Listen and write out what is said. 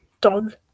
dog